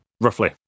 roughly